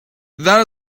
that